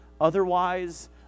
Otherwise